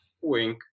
Wink